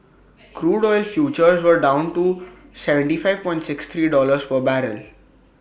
crude oil futures were down to seventy five pound sixty three dollar per barrel